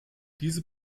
diese